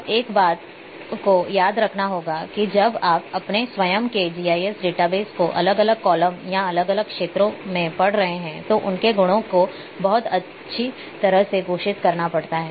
अब एक बात को याद रखना होगा कि जब आप अपने स्वयं के जीआईएस डेटाबेस को अलग अलग कॉलम या अलग अलग क्षेत्रों में पढ़ रहे होते हैं तो उनके गुणों को बहुत अच्छी तरह से घोषित करना पड़ता है